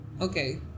Okay